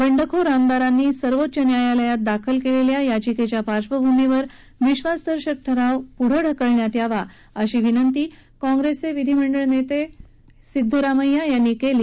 बंडखोर आमदारांनी सर्वोच्च न्यायालयात दाखल केलेल्या याचिकेच्या पार्श्वभूमीवर विक्वासदर्शक ठराव पुढं ढकलण्यात यावा अशी विनंती कॉंग्रेसचे विधीमंडळ नेते सिद्धरामैया यांनी केली